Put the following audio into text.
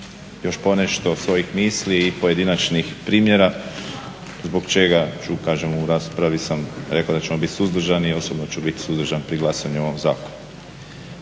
još ponešto svojih misli i pojedinačnih primjera, zbog čega ću, kažem u raspravi sam rekao da ćemo biti suzdržani, a osobno ću biti suzdržan pri glasanju o ovom zakonu.